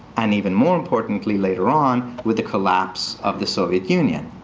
and even more importantly, later on, with the collapse of the soviet union.